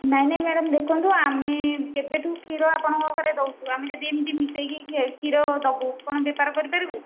ନାଇଁ ନାଇଁ ମ୍ୟାଡ଼ାମ୍ ଦେଖନ୍ତୁ ଆମେ କେବେଠୁ କ୍ଷୀର ଆପଣଙ୍କ ଘରେ ଦେଉଛୁ ଆମେ ଯଦି ଏମିତି ମିଶାଇକି କ୍ଷୀର ଦେବୁ କ'ଣ ବେପାର କରିପାରିବୁ